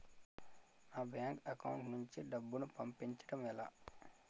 నా bank account నుంచి డబ్బును పంపించడం ఎలా?